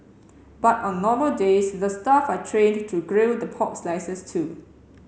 but on normal days the staff are trained to grill the pork slices too